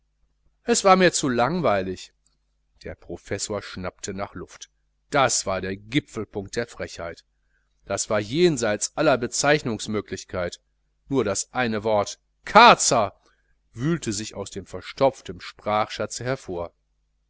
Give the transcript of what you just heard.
es war mir zu langweilig der professor schnappte nach luft das war der gipfelpunkt der frechheit das war jenseits aller bezeichnungsmöglichkeit nur das eine wort karzer wühlte sich aus dem verstopften sprachschatze empor